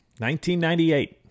1998